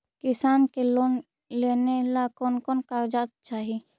किसान के लोन लेने ला कोन कोन कागजात चाही?